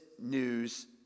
news